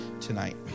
tonight